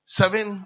seven